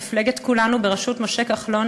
מפלגת כולנו בראשות משה כחלון,